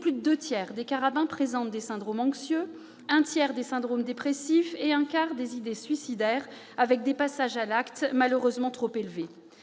plus des deux tiers des carabins présentent des symptômes anxieux, un tiers des symptômes dépressifs et un quart des idées suicidaires, avec des passages à l'acte malheureusement trop fréquents.